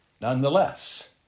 nonetheless